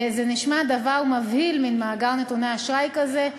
זה נשמע דבר מבהיל, מין מאגר נתוני אשראי כזה,